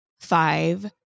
five